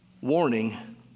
warning